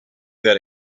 that